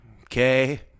okay